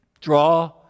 draw